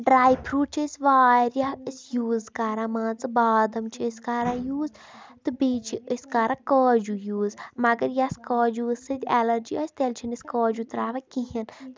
dry fruit چھِ أسۍ واریاہ أسۍ یوٗز کَران مان ژٕ بادَم چھِ أسۍ کَران یوٗز تہٕ بیٚیہِ چھِ أسۍ کَران کاجوٗ یوٗز مگر یَس کاجوٗ سۭتۍ ایلَرجی آسہِ تیٚلہِ چھِنہٕ أسۍ کاجوٗ ترٛاوان کِہیٖنۍ تہٕ